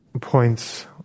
points